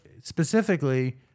specifically